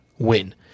win